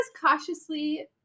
cautiously